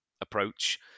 approach